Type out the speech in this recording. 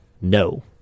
No